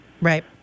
Right